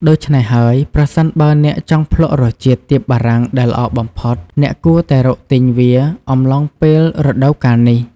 ដូច្នេះហើយ ប្រសិនបើអ្នកចង់ភ្លក់រសជាតិទៀបបារាំងដែលល្អបំផុត អ្នកគួរតែរកទិញវាអំឡុងពេលរដូវកាលនេះ។